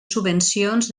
subvencions